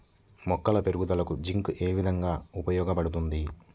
మొక్కల పెరుగుదలకు జింక్ ఏ విధముగా ఉపయోగపడుతుంది?